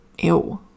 Ew